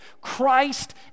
Christ